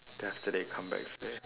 then after that you come back say